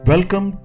Welcome